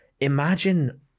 imagine